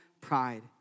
pride